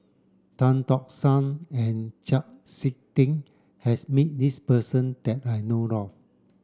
Tan Tock San and Chau Sik Ting has met this person that I know of